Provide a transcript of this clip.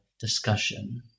discussion